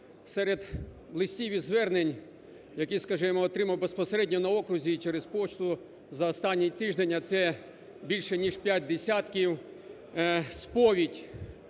Серед листів і звернень, які, скажімо, отримав безпосередньо на окрузі і через пошту за останній тиждень, а це більше ніж п'ять десятків, сповідь